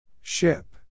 Ship